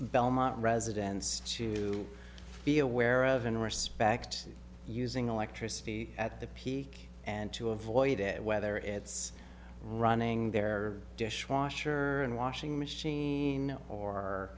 belmont residents to be aware of in respect to using electricity at the peak and to avoid it whether it's running their dishwasher and washing machine